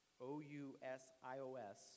O-U-S-I-O-S